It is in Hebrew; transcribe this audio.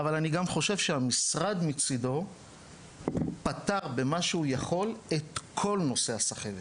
אבל אני גם חושב שהמשרד מצידו פתר במה שהוא יכול את כל נושא הסחבת.